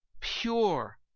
pure